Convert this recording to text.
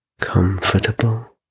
comfortable